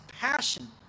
passion